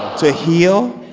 to heal.